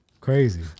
Crazy